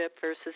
versus